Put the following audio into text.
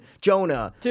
Jonah